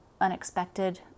unexpected